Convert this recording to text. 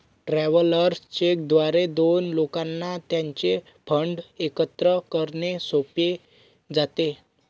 travellers cheque द्वारे दोन लोकांना त्यांचे फंड एकत्र करणे सोपे जाते